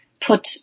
Put